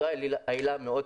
זו העילה הבסיסית.